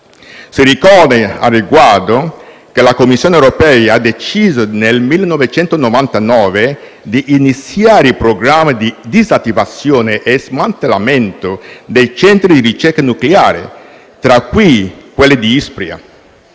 al riguardo, che la Commissione europea ha deciso, nel 1999, di iniziare il programma di disattivazione e smantellamento dei centri di ricerca nucleare, tra cui quello di Ispra.